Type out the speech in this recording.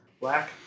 black